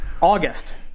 august